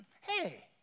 Hey